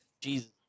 Jesus